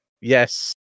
yes